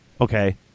Okay